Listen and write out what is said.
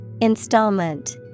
Installment